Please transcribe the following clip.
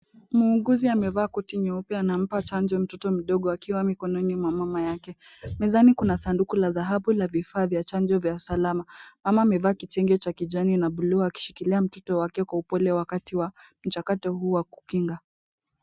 Muuguzi amevaa koti nyeupe anampa chanjo mtoto mdogo akiwa mikononi mwa mama yake. Mezani kuna sanduku la dhahabu la vifaa vya chanjo vya salama. Mama amevaa kitenge cha kijani na buluu akishikilia mtoto wake kwa upole wakati wa mchakato huu wa kukinga.